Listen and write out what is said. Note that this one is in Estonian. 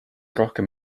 rohkem